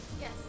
Yes